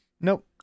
Nope